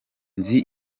nzi